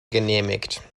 genehmigt